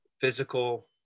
Physical